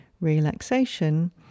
relaxation